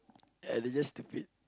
and it's just stupid